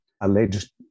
alleged